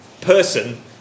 person